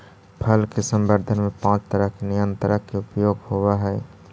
फल के संवर्धन में पाँच तरह के नियंत्रक के उपयोग होवऽ हई